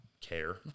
care